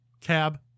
Cab